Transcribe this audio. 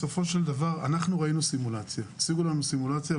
בסופו של דבר הציגו לנו סימולציה.